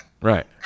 right